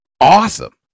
awesome